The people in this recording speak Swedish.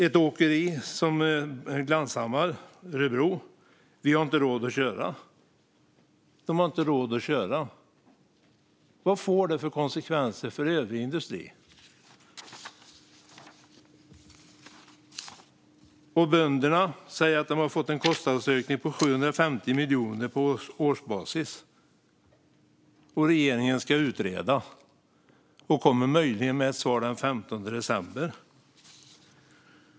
Glanshammars Åkeri i Örebro säger: Vi har inte råd att köra. De har inte råd att köra. Vad får det för konsekvenser för övrig industri? Bönderna säger att de har fått en kostnadsökning med 750 miljoner på årsbasis. Och regeringen ska utreda och kommer möjligen med ett svar den 15 december.